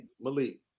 Malik